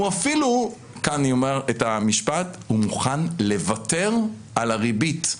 הוא אפילו מוכן לוותר על הריבית.